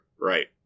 right